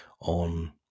on